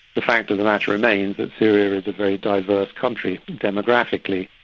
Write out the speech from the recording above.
the fact of the matter remains that syria is a very diverse country demographically,